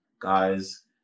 guys